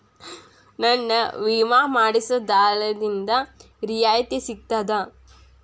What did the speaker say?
ನನ್ನ ವಿಮಾ ಮಾಡಿಸೊ ದಲ್ಲಾಳಿಂದ ರಿಯಾಯಿತಿ ಸಿಗ್ತದಾ?